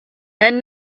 and